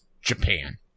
japan